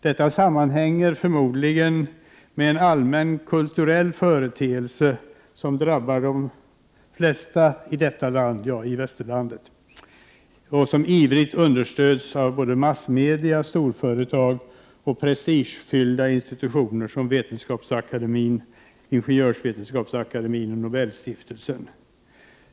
Detta sammanhänger säkert med en allmän kulturell företeelse som drabbar de flesta i detta land — ja, i hela Västerlandet — och som ivrigt understöds av både massmedia, storföretag och prestigefyllda institutioner som Vetenskapsakademien, Ingenjörsvetenskapsakademien och Nobelstiftelsen.